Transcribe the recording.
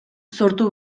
sortu